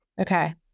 Okay